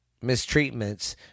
mistreatments